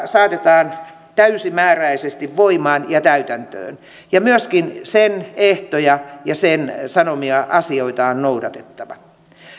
saatetaan täysimääräisesti voimaan ja täytäntöön myöskin sen ehtoja ja sen sanomia asioita on noudatettava